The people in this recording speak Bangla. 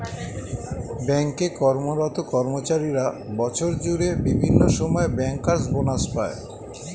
ব্যাঙ্ক এ কর্মরত কর্মচারীরা বছর জুড়ে বিভিন্ন সময়ে ব্যাংকার্স বনাস পায়